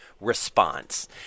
response